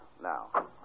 now